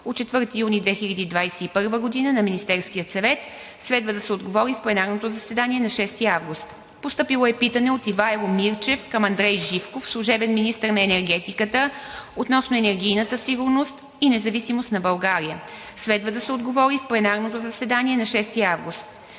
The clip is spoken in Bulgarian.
от 4 юни 2021 г. на Министерския съвет. Следва да се отговори в пленарното заседание на 6 август 2021 г.; - народния представител Ивайло Мирчев към Андрей Живков – служебен министър на енергетиката, относно енергийната сигурност и независимост на България. Следва да се отговори в пленарното заседание на 6 август